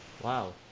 wow